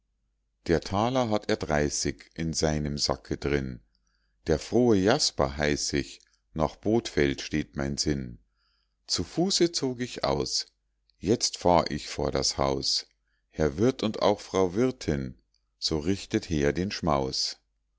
der taler hat er dreißig in seinem sacke drin der frohe jasper heiß ich nach bothfeld steht mein sinn zu fuße zog ich aus jetzt fahr ich vor das haus herr wirt und auch frau wirtin so richtet her den schmaus